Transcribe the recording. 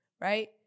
right